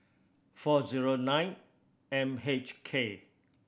four zero nine M H K